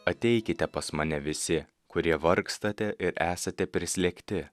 ateikite pas mane visi kurie vargstate ir esate prislėgti